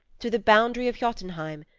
to the boundary of jotunheim,